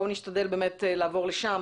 אז בואו נשתדל באמת לעבור לשם.